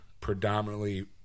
predominantly